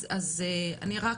אז אני רק